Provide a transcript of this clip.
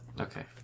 Okay